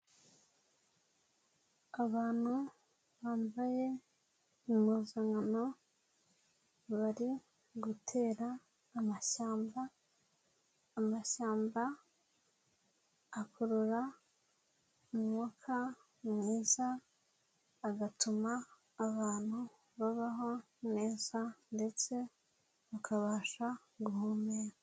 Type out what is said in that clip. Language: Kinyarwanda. Abantu bambaye impuzankano bari gutera amashyamba, amashyamba akurura umwuka mwiza agatuma abantu babaho neza ndetse bakabasha guhumeka.